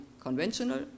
conventional